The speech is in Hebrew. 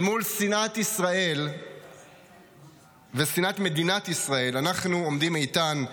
אל מול שנאת ישראל ושנאת מדינת ישראל אנחנו עומדים איתן,